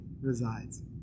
resides